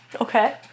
Okay